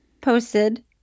posted